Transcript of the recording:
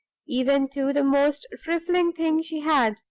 even to the most trifling thing she had,